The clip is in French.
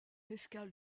escale